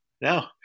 no